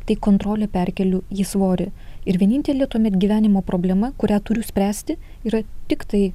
tai kontrolę perkeliu į svorį ir vienintelė tuomet gyvenimo problema kurią turiu spręsti yra tiktai